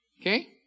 okay